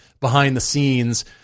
behind-the-scenes